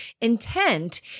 Intent